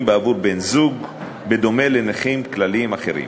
בעבור בן-זוג בדומה לנכים כלליים אחרים.